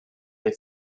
they